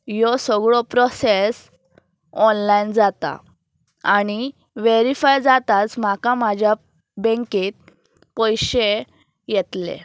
ह्यो सगळो process online जाता आनी वॅरीफाय जाताच म्हाका म्हाज्या बँकेंत पयशे येतले